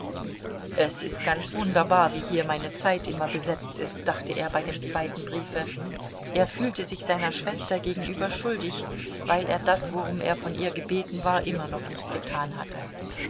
es ist ganz wunderbar wie hier meine zeit immer besetzt ist dachte er bei dem zweiten briefe er fühlte sich seiner schwester gegenüber schuldig weil er das worum er von ihr gebeten war immer noch nicht getan hatte